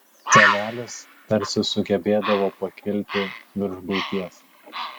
senelis tarsi sugebėdavo pakilti virš buities